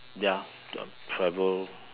ya ya travel